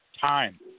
Time